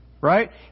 Right